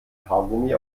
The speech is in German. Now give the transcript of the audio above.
haargummi